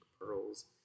pearls